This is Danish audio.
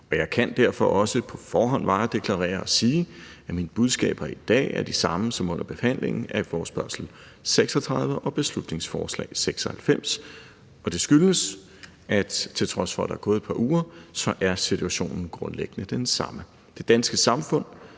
Jeg kan derfor også på forhånd varedeklarere og sige, at mine budskaber i dag er de samme som under behandlingen af forespørgsel nr. F 36 og beslutningsforslag nr. B 96, og det skyldes, at situationen, til trods for at der er gået et par uger, grundlæggende er den samme.